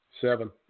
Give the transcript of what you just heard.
Seven